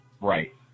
Right